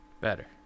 Better